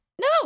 No